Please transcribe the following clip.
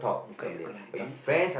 okay you correct some